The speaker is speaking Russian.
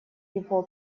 его